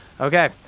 Okay